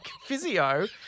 physio